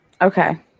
Okay